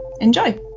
Enjoy